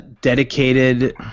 dedicated